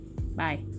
bye